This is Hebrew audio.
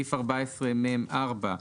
בסעיף 14מ(4),